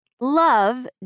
Love